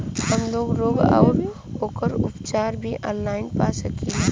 हमलोग रोग अउर ओकर उपचार भी ऑनलाइन पा सकीला?